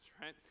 right